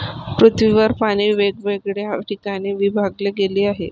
पृथ्वीवर पाणी वेगवेगळ्या ठिकाणी विभागले गेले आहे